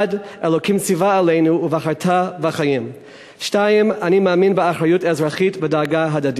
1. אלוקים ציווה עלינו "ובחרת בחיים"; 2. אני מאמין באחריות אזרחית ובדאגה הדדית,